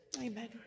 Amen